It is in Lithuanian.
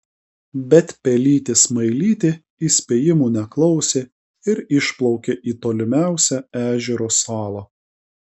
bet pelytė smailytė įspėjimų neklausė ir išplaukė į tolimiausią ežero salą